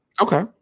Okay